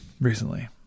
recently